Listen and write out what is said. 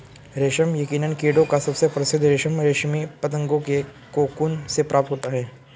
रेशम यकीनन कीड़ों का सबसे प्रसिद्ध रेशम रेशमी पतंगों के कोकून से प्राप्त होता है